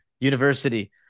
university